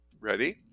Ready